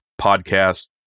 podcast